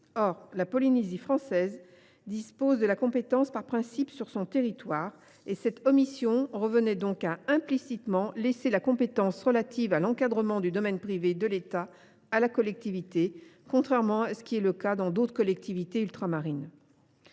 Or la Polynésie française dispose de la compétence par principe sur son territoire ; cette omission revenait donc implicitement à laisser la compétence relative à l’encadrement du domaine privé de l’État à la collectivité, contrairement à ce qui existe dans d’autres collectivités ultramarines.